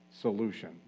solution